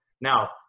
Now